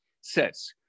says